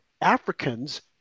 Africans